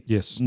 Yes